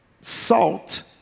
salt